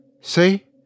See